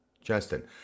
Justin